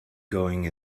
going